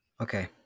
Okay